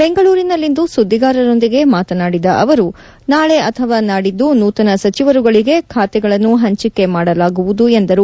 ಬೆಂಗಳೂರಿನಲ್ಲಿಂದು ಸುದ್ದಿಗಾರರೊಂದಿಗೆ ಮಾತನಾದಿದ ಅವರು ನಾಳೆ ಅಥವಾ ನಾದಿದ್ದು ನೂತನ ಸಚಿವರುಗಳಿಗೆ ಖಾತೆಗಳನ್ನು ಹಂಚಿಕೆ ಮಾಡಲಾಗುವುದು ಎಂದರು